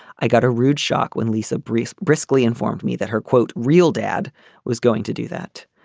i got a rude shock when lisa breeze briskly informed me that her quote real dad was going to do that.